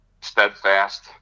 steadfast